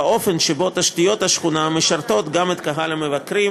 באופן שבו תשתיות השכונה משרתות גם את קהל המבקרים,